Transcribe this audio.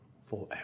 forever